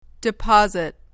Deposit